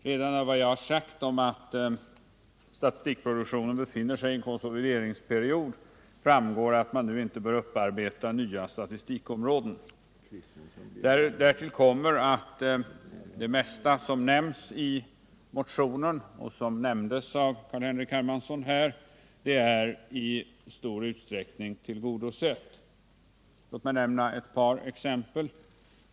Redan av vad jag har sagt om att statistikproduktionen befinner sig i en konsolideringsperiod framgår att man nu inte bör upparbeta nya statistikområden. Därtill kommer att det mesta som nämns i motionen och som här nämndes av Carl-Henrik Hermansson i stor utsträckning är tillgodosett. Låt mig nämna ett par exempel.